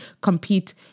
compete